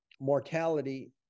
mortality